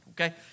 okay